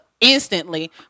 instantly